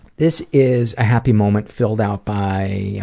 this is a happy moment, filled out by